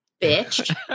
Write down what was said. bitch